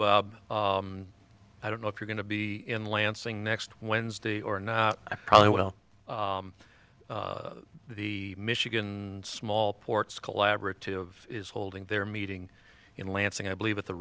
bob i don't know if you're going to be in lansing next wednesday or not i probably will the michigan small ports collaborative is holding their meeting in lansing i believe at the